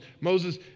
Moses